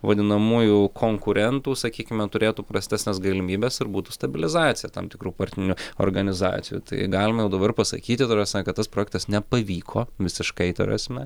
vadinamųjų konkurentų sakykime turėtų prastesnes galimybes ir būtų stabilizacija tam tikrų partinių organizacijų tai galima jau dabar pasakyti ta prasme kad tas projektas nepavyko visiškai ta prasme